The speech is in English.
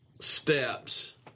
steps